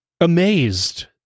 amazed